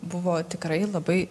buvo tikrai labai